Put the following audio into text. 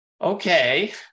Okay